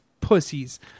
pussies